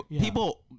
people